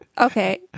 Okay